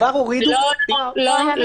כבר הורידו --- לא בתביעות.